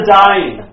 dying